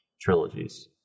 trilogies